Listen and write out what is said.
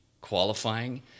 qualifying